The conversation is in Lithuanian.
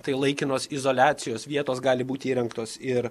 tai laikinos izoliacijos vietos gali būti įrengtos ir